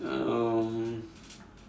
um